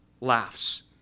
laughs